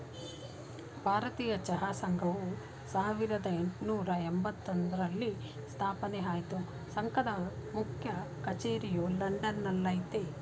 ಭಾರತೀಯ ಚಹಾ ಸಂಘವು ಸಾವಿರ್ದ ಯೆಂಟ್ನೂರ ಎಂಬತ್ತೊಂದ್ರಲ್ಲಿ ಸ್ಥಾಪನೆ ಆಯ್ತು ಸಂಘದ ಮುಖ್ಯ ಕಚೇರಿಯು ಲಂಡನ್ ನಲ್ಲಯ್ತೆ